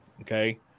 Okay